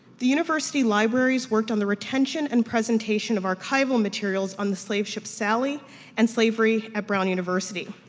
the university libraries worked on the retention and presentation of archival materials on the slave ship sally and slavery at brown university.